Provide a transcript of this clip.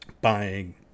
buying